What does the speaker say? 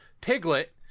Piglet